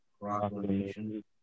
Proclamation